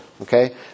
okay